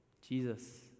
Jesus